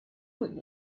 doing